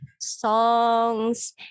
songs